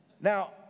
Now